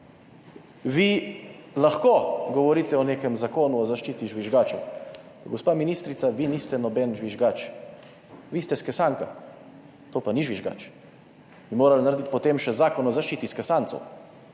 Vi lahko govorite o nekem Zakonu o zaščiti žvižgačev, gospa ministrica, vi niste noben žvižgač. Vi ste skesanka, to pa ni žvižgač. Bi morali narediti potem še Zakon o zaščiti skesancev,